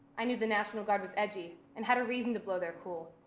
i new the national guard was edgy and had a reason to blow their cool.